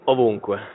Ovunque